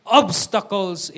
obstacles